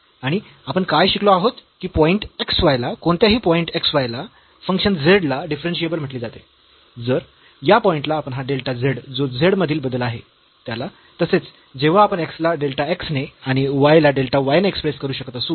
आणि आपण काय शिकलो आहोत की पॉईंट x y ला कोणत्याही पॉईंट x y ला फंक्शन z ला डिफरन्शियेबल म्हटले जाते जर या पॉईंट ला आपण हा डेल्टा z जो z मधील बदल आहे त्याला तसेच जेव्हा आपण x ला delta x ने आणि y ला delta y ने एक्स्प्रेस करू शकत असू